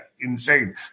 Insane